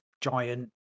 giant